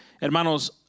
Hermanos